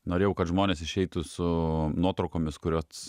norėjau kad žmonės išeitų su nuotraukomis kurios